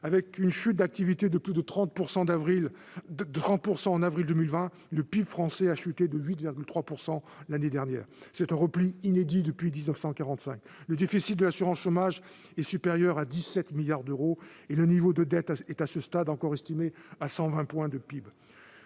Avec une chute d'activité de plus de 30 % en avril 2020, le PIB français s'est effondré de 8,3 % l'année dernière. C'est un repli inédit depuis 1945. Le déficit de l'assurance chômage est supérieur à 17 milliards d'euros, et le niveau de la dette est estimé, à ce stade, à 120 % du PIB.